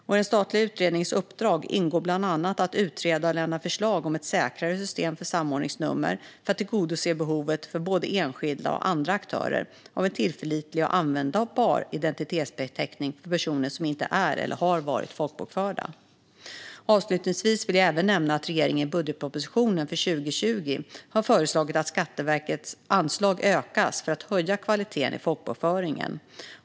I den statliga utredningens uppdrag ingår bland annat att utreda och lämna förslag om ett säkrare system för samordningsnummer för att tillgodose behovet för både enskilda och andra aktörer av en tillförlitlig och användbar identitetsbeteckning för personer som inte är eller har varit folkbokförda. Avslutningsvis vill jag även nämna att regeringen i budgetpropositionen för 2020 har föreslagit att Skatteverkets anslag ökas för att höja kvaliteten i folkbokföringen.